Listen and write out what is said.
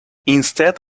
instead